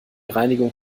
reinigung